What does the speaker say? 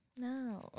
No